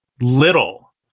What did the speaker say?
little